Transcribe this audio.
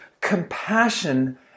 Compassion